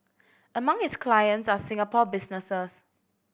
among his clients are Singapore businesses